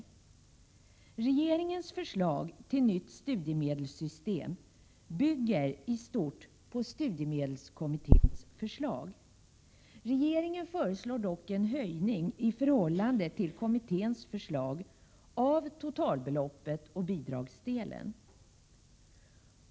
27 maj 1988 Regeringens förslag till ett nytt studiemedelssystem bygger i stort på studiemedelskommitténs förslag. Regeringen föreslår dock en höjning av totalbeloppet och bidragsdelen, i förhållande till kommitténs förslag.